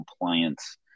compliance